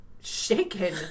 Shaken